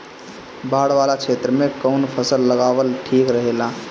बाढ़ वाला क्षेत्र में कउन फसल लगावल ठिक रहेला?